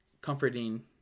comforting